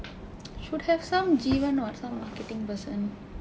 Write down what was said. should have some ஜீவன்:jiivan [what] some marketing person